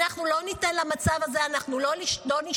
אנחנו לא ניתן למצב הזה, אנחנו לא נשתוק.